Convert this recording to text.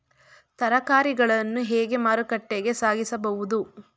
ತರಕಾರಿಗಳನ್ನು ಹೇಗೆ ಮಾರುಕಟ್ಟೆಗೆ ಸಾಗಿಸಬಹುದು?